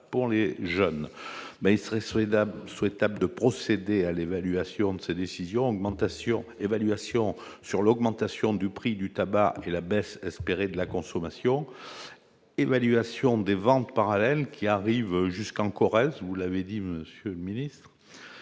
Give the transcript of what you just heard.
Toutefois, il paraît souhaitable de procéder à l'évaluation de cette décision : évaluation de l'augmentation du prix du tabac et de la baisse espérée de la consommation ; évaluation des ventes parallèles, qui arrivent jusqu'en Corrèze, vous l'avez dit, monsieur le ministre